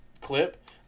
clip